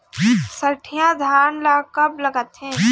सठिया धान ला कब लगाथें?